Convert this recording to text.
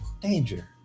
Danger